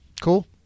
Cool